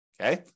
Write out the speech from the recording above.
Okay